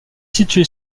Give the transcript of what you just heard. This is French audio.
situé